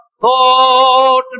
thought